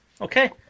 Okay